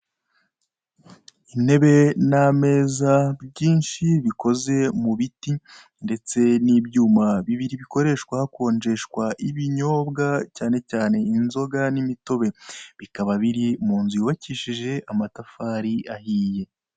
Intebe n'ameza byinshi bikozwe mu biti ndetse n'ibyuma bibiri bikoreshwa hakonjeshwa ibinyobwa ibinyobwa cyane cyane inzoga n'imitobe bikaba biri mu nzu yubakishije amatafari ahiye.